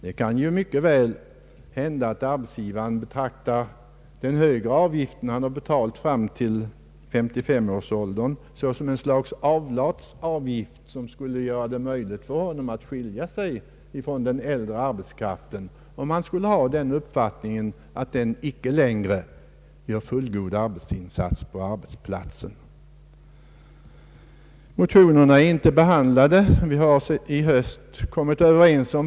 Det kan mycket väl hända att arbetsgivaren betraktar den högre avgift han har betalt fram till 35-årsåldern såsom ett slags avlat, som skulle göra det möjligt för honom att skilja sig från den äldre arbetskraften om han skulle ha den uppfattningen att den icke längre gör fullgod arbetsinsats. Motionerna är inte behandlade.